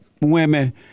women